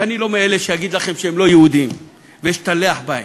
ואני לא מאלה שיגידו לכם שהם לא יהודים ואשתלח בהם,